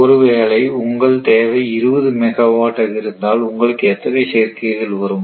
ஒருவேளை உங்கள் தேவை 20 மெகாவாட் ஆக இருந்தால் உங்களுக்கு எத்தனை சேர்க்கைகள் வரும்